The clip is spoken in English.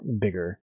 bigger